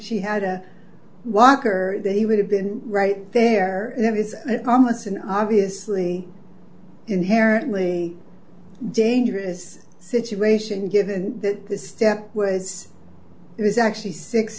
she had a walker he would have been right there that is almost an obviously inherently dangerous situation given this step was it was actually six